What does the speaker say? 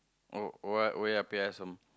oh oh ya oya-beh-ya-som